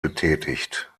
betätigt